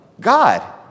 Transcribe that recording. God